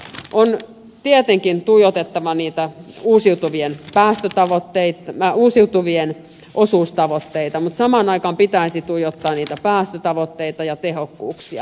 on tietenkin tuijotettava niitä uusiutuvien taas ottavat peittämä uusiutuvien osuustavoitteita mutta samaan aikaan pitäisi tuijottaa päästötavoitteita ja tehokkuuksia